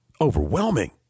overwhelming